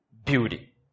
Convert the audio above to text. beauty